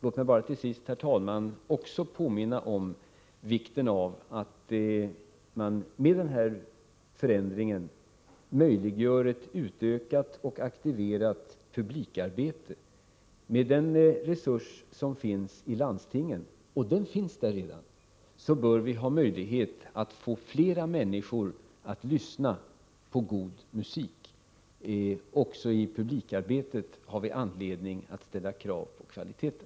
Låt mig bara till sist, herr talman, påminna om vikten av att denna förändring möjliggör ett utökat och aktiverat publikarbete. Med den resurs som redan finns i landstingen bör vi ha möjlighet att få flera människor att lyssna på god musik. Också i publikarbetet har vi anledning att ställa krav på kvaliteten.